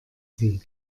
sie